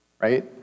right